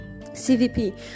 CVP